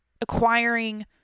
acquiring